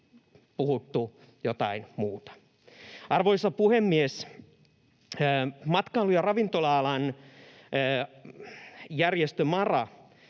puhuttu jotain muuta? Arvoisa puhemies! Matkailu- ja ravintola-alan järjestö MaRa